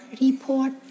report